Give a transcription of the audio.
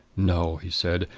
no, he said.